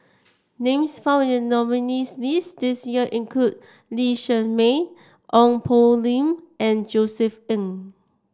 names found in the nominees' list this year include Lee Shermay Ong Poh Lim and Josef Ng